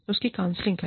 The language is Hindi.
उनकी काउंसलिंग करें